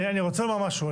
אני רוצה לומר משהו.